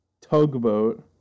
tugboat